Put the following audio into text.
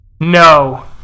no